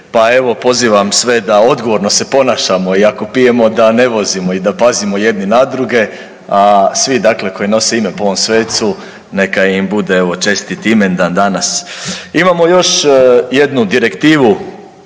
pa evo pozivam sve da odgovorno se ponašamo i ako pijemo da ne vozimo i da pazimo jedni na druge, a svi dakle koji nose ime po ovom svecu neka im bude evo čestit imendan danas. Imamo još jednu direktivu